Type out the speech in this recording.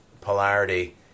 Polarity